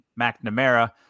McNamara